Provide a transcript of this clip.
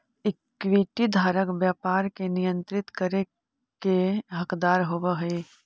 equity धारक व्यापार के नियंत्रित करे के हकदार होवऽ हइ